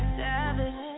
savage